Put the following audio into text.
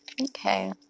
Okay